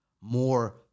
more